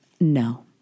No